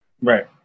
Right